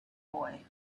boy